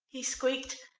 he squeaked.